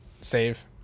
save